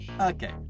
Okay